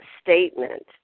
statement